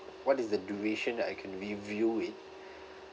what is the duration that I can review it